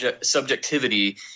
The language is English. subjectivity